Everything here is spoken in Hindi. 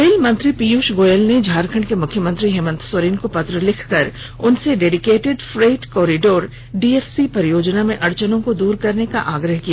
रेल मंत्री पीयूष गोयल ने झारखंड के मुख्यमंत्री हेमंत सोरेन को पत्र लिखकर उनसे डेडिकेटेड फ्रेट कॉरिडोर डीएफसी परियोजना में अड़चनो को दूर करने का आग्रह किया